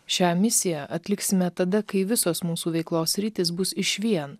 šią misiją atliksime tada kai visos mūsų veiklos sritys bus išvien